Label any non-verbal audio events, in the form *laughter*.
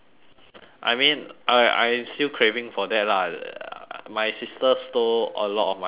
I mean I I still craving for that lah *noise* my sister stole a lot of my cheesecake